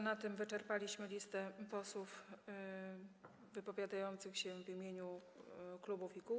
Na tym wyczerpaliśmy listę posłów wypowiadających się w imieniu klubów i kół.